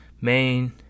Main